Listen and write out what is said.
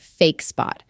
FakeSpot